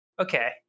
okay